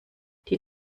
die